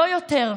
לא יותר.